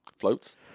Floats